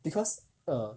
because err